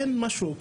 אין משהו,